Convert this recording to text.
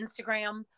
Instagram